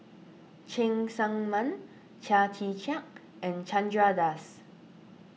Cheng Tsang Man Chia Tee Chiak and Chandra Das